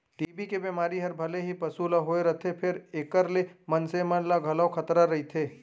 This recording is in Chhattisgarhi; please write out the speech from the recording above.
टी.बी के बेमारी हर भले ही पसु ल होए रथे फेर एकर ले मनसे मन ल घलौ खतरा रइथे